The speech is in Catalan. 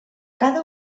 cada